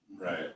Right